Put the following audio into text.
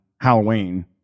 halloween